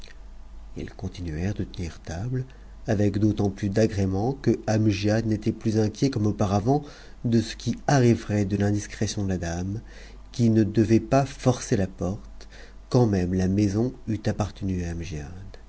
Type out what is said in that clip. ils continuèrent de tenir table avec d'autant plus d'agrément que amgiad n'était plus inquiet comme auparavant de ce qui arriverait de l'indiscrétion de la dame qui ne devait pas forcer la porte quand même la maison eût appartenu à